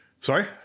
Sorry